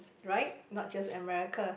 right not just American